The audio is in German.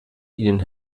ihnen